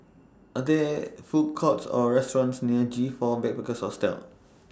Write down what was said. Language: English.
Are There Food Courts Or restaurants near G four Backpackers Hostel